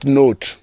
note